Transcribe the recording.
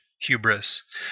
hubris